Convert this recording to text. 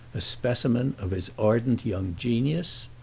a specimen of his ardent young genius?